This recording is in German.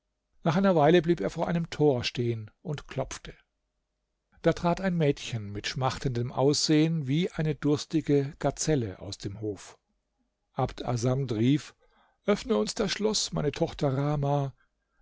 nach einer weile blieb er vor einem tor stehen und klopfte da trat ein mädchen mit schmachtendem aussehen wie eine durstige gazelle aus dem hof abd assamd rief öffne uns das schloß meine tochter rahmah